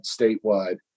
statewide